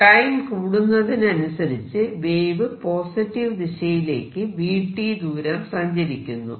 time കൂടുന്നതിനനുസരിച്ച് wave positive ദിശയിലേക്ക് vt ദൂരം സഞ്ചരിക്കുന്നു